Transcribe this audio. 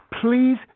please